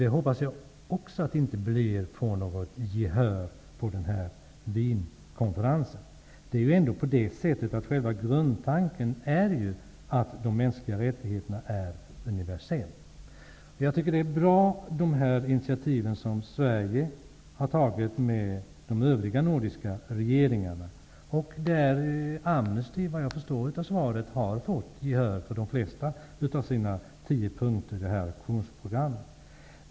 Det hoppas jag inte heller får något gehör på Wienkonferensen. Själva grundtanken är ju att mänskliga rättigheter är universella. Jag tycker att de initiativ som Sverige med de övriga nordiska regeringarna har tagit är bra. Där har Amnesty International, såvitt jag förstod av svaret, fått gehör för de flesta av sina tio punkter på aktionsprogrammet.